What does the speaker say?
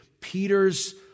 Peter's